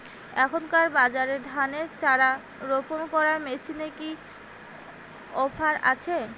এখনকার বাজারে ধানের চারা রোপন করা মেশিনের কি অফার আছে?